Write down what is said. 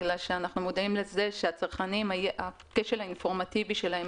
בגלל שאנחנו מודעים לכך שהכשל האינפורמטיבי של הצרכנים,